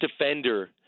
defender